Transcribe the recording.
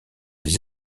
les